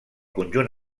conjunt